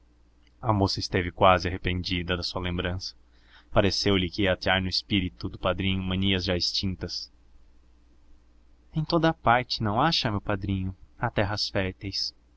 a moça esteve quase arrependida da sua lembrança pareceu-lhe que ia atear no espírito do padrinho manias já extintas em toda a parte não acha meu padrinho há terras férteis